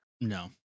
No